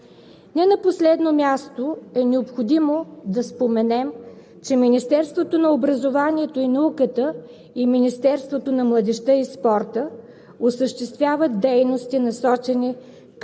Не на последно място е необходимо да споменем, че Министерството на образованието и науката и Министерството на младежта и спорта осъществяват дейности, насочени